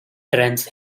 terence